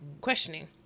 questioning